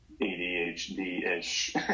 ADHD-ish